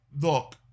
look